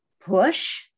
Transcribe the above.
push